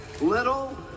Little